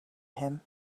him